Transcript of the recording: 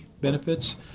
benefits